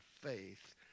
faith